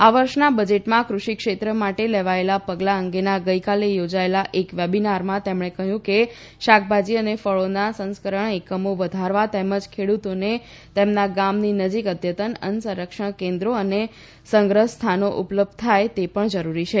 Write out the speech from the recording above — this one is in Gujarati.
આ વર્ષના બજેટમાં કૃષિ ક્ષેત્ર માટે લેવાયેલા પગલા અંગેના ગઇકાલે યોજાયેલા એક વેબિનારમાં તેમણે કહ્યું કે શાકભાજી અને ફળીના સંસ્કરણ એકમી વધારવા તેમજ ખેડૂતોને તેમના ગામની નજીક અદ્યતન અન્ન સંસ્કરણ કેન્દ્રો અને સંગ્રહ સ્થાનો ઉપલબ્ધ થાય તે પણ જરૂરી છે